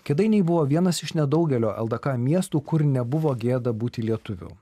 kėdainiai buvo vienas iš nedaugelio ldk miestų kur nebuvo gėda būti lietuviu